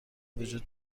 وجود